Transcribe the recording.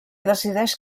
decideix